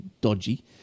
dodgy